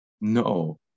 no